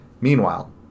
Meanwhile